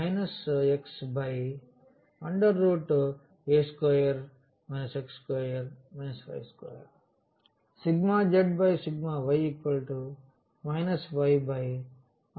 మనకు ఏమి లభిస్తుంది